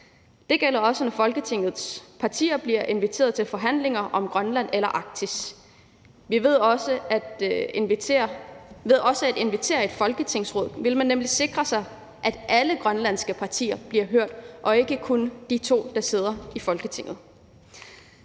Det gælder også, når Folketingets partier bliver inviteret til forhandlinger om Grønland eller Arktis. Ved også at invitere et folketingsråd vil man nemlig sikre sig, at alle grønlandske partier bliver hørt og ikke kun de to, der sidder i Folketinget.